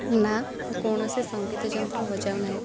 ନା ମୁଁ କୌଣସି ସଙ୍ଗୀତ ଯନ୍ତ୍ର ବଜାଉ ନାହିଁ